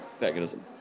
mechanism